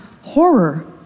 horror